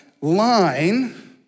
line